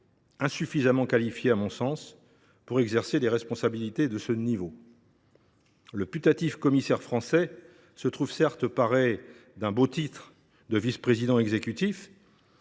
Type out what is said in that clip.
insuffisamment qualifiée à mon sens pour exercer des responsabilités de ce niveau. Le putatif commissaire français se trouve certes paré d’un beau titre de vice président exécutif,